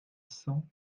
cent